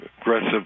aggressive